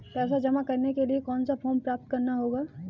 पैसा जमा करने के लिए कौन सा फॉर्म प्राप्त करना होगा?